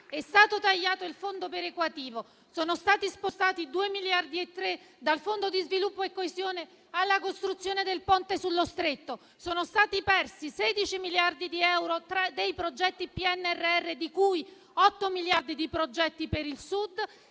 è stato tagliato il Fondo perequativo, sono stati spostati 2,3 miliardi dal Fondo di sviluppo e coesione alla costruzione del Ponte sullo Stretto, sono stati persi 16 miliardi di euro dei progetti PNRR, di cui otto miliardi di progetti per il Sud,